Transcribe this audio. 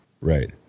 Right